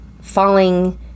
falling